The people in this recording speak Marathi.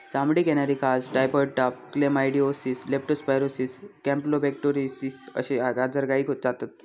चामडीक येणारी खाज, टायफॉइड ताप, क्लेमायडीओसिस, लेप्टो स्पायरोसिस, कॅम्पलोबेक्टोरोसिस अश्ये आजार गायीक जातत